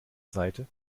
seite